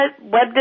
web